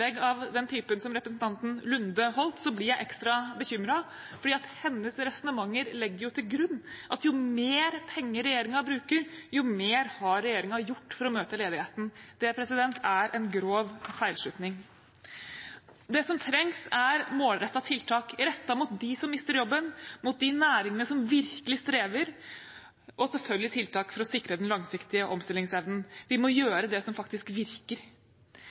av den typen som representanten Nordby Lunde holdt, blir jeg ekstra bekymret, for hennes resonnementer legger jo til grunn at jo mer penger regjeringen bruker, jo mer har regjeringen gjort for å møte ledigheten. Det er en grov feilslutning. Det som trengs, er målrettede tiltak rettet mot dem som mister jobben, mot de næringene som virkelig strever, og selvfølgelig tiltak for å sikre den langsiktige omstillingsevnen. Vi må gjøre det som faktisk virker.